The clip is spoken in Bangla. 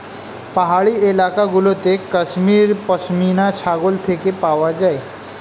পাহাড়ি এলাকা গুলোতে কাশ্মীর পশমিনা ছাগল থেকে পাওয়া যায়